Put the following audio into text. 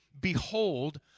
behold